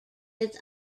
its